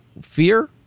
fear